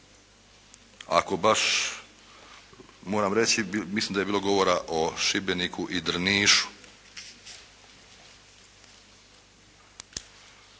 Ako baš moram reći, mislim da je bilo govora o Šibeniku i Drnišu.